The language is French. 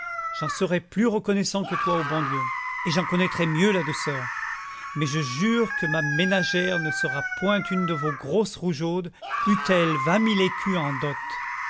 j'en serai plus reconnaissant que toi au bon dieu et j'en connaîtrai mieux la douceur mais je jure que ma ménagère ne sera point une de vos grosses rougeaudes eût-elle vingt mille écus en dot